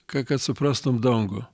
ka kad suprastum dangų